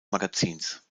magazins